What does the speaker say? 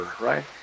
right